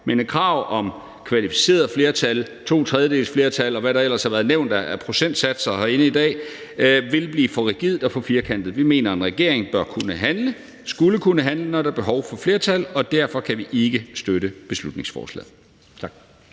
Men et krav om kvalificeret flertal, to tredjedeles flertal, og hvad der ellers har været nævnt af procentsatser herinde i dag, ville blive for rigidt og for firkantet. Vi mener, at en regering bør kunne handle og skulle kunne handle, når der er behov for et flertal, og derfor kan vi ikke støtte beslutningsforslaget. Tak.